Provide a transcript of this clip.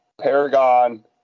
Paragon